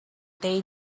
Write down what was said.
they